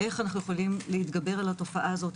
איך אנו יכולים להתגבר על התופעה הזאת,